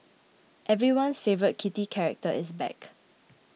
everyone's favourite kitty character is back